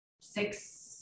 six